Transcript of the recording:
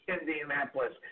Indianapolis